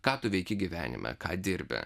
ką tu veiki gyvenime ką dirbi